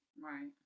Right